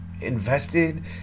invested